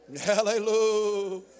hallelujah